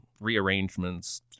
rearrangements